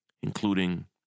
including